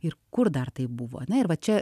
ir kur dar tai buvo ane ir va čia